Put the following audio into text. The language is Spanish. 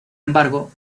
embargo